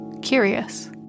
curious